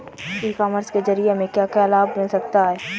ई commerce के ज़रिए हमें क्या क्या लाभ मिल सकता है?